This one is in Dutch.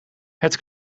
het